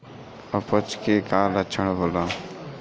अपच के का लक्षण होला?